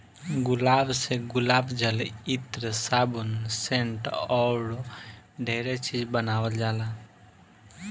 गुलाब से गुलाब जल, इत्र, साबुन, सेंट अऊरो ढेरे चीज बानावल जाला